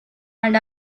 and